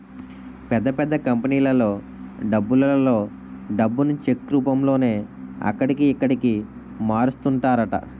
పెద్ద పెద్ద కంపెనీలలో డబ్బులలో డబ్బును చెక్ రూపంలోనే అక్కడికి, ఇక్కడికి మారుస్తుంటారట